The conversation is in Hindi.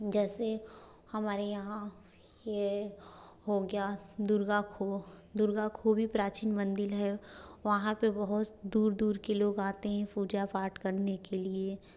जैसे हमारे यहाँ हो गया दुर्गा खो दुर्गा खो भी प्रचीन मंदिर है वहाँ पे बहुत दूर दूर के लोग आते हैं पूजा पाठ करने के लिए